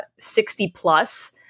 60-plus